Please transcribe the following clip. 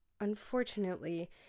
Unfortunately